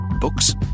Books